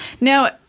Now